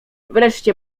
wreszcie